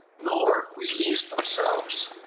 nor release themselves,